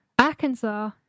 Arkansas